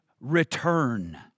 return